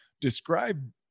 Describe